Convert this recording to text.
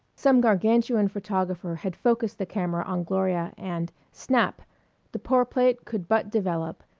some gargantuan photographer had focussed the camera on gloria and snap the poor plate could but develop,